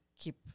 keep